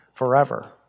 forever